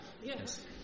Yes